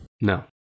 No